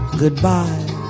goodbye